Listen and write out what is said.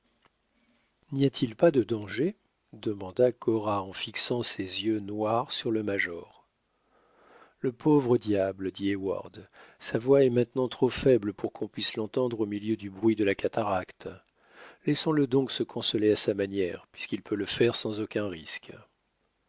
n'y a-t-il pas de danger demanda cora en fixant ses yeux noirs sur le major le pauvre diable dit heyward sa voix est maintenant trop faible pour qu'on puisse l'entendre au milieu du bruit de la cataracte laissons-le donc se consoler à sa manière puisqu'il peut le faire sans aucun risque